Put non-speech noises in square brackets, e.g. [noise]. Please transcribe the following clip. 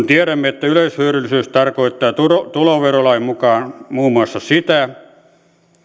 [unintelligible] tiedämme että yleishyödyllisyys tarkoittaa tuloverolain mukaan muun muassa sitä